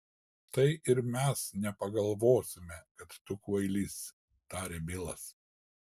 tai ir mes nepagalvosime kad tu kvailys tarė bilas